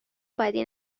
بدی